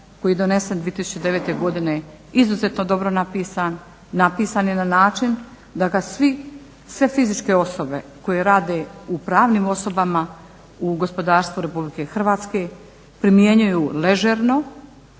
koji je donesen 2009. godine izuzetno dobro napisan, napisan je na način da ga svi, sve fizičke osobe koje rade u pravnim osobama u gospodarstvu RH primjenjuju ležerno,